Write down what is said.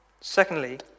secondly